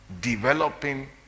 developing